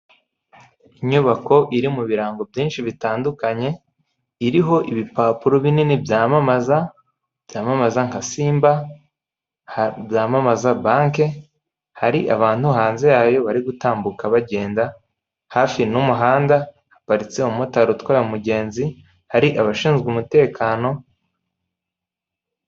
Ifoto y'umuriro w'amashanyarazi ishinze inyuma y'igipangu iyi foto niyi giti. Ku gipangu hagaragara inzira' cyangwa se mu muhanda winjira mu gipangu izi poto zijyana umuriro w'amashanyarazi mu ngo mu baturage.